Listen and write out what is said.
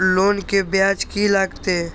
Loan के ब्याज की लागते?